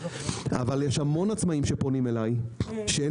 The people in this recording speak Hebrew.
אבל יש המון עצמאים שפונים אליי ושאין